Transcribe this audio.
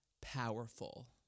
powerful